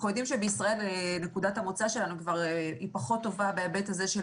אנחנו יודעים שבישראל נוקדה המוצא שלנו היא פחות טובה בהיבט הזה של